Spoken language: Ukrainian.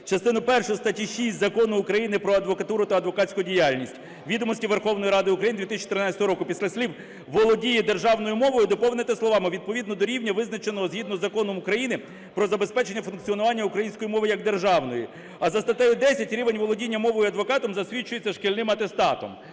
частину першу статті 6 Закону України "Про адвокатуру та адвокатську діяльність" ("Відомості Верховної Ради України" 2014 року) після слів "володіє державною мовою" доповнити словами "відповідно до рівня, визначеного згідно із Законом України про забезпечення функціонування української мови як державної". А за статтею 10 рівень володіння мовою адвокатом засвідчується шкільним атестатом.